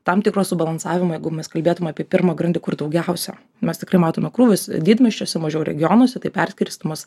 tam tikro subalansavimo jeigu mes kalbėtum apie pirmą grandį kur daugiausia mes tikrai matome krūvius didmiesčiuose mažiau regionuose tai perskirstymas